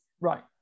Right